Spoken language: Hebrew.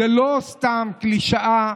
זו לא סתם קלישאה,